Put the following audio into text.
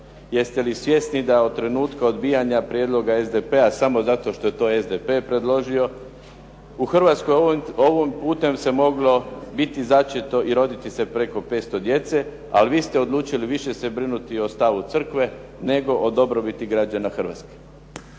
Jeste li svjesni da od trenutka odbijanja prijedloga SDP-a samo zato što je to SDP predložio. U Hrvatskoj ovim putem se moglo biti začeto i roditi se preko 500 djece. Ali vi ste odlučili više se brinuti o stavu crkve, nego o dobrobiti građana Hrvatske.